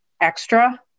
extra